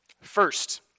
First